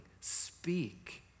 Speak